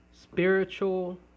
Spiritual